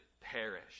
perish